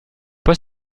pas